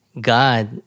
God